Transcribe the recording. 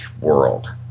world